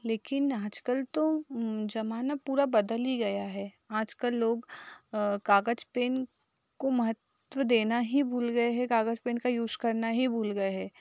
लेकिन आज कल तो ज़माना पूरा बदल ही गया है आज कल लोग कागज़ पेन को महत्व देना ही भूल गए हैं कागज़ पेन का यूज़ करना ही भूल गए हैं